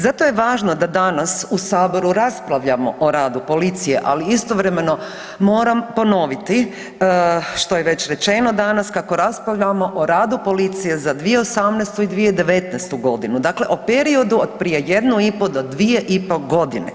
Zato je važno da nas u Saboru raspravljamo o radu policije ali istovremeno moram ponovit što je već rečeno danas, kako raspravljamo o radu policije za 2018. i 2019. g., dakle o periodu od prije 1,5 do 2,5 godine.